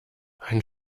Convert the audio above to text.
ein